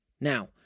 Now